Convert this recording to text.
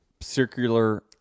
circular